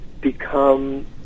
become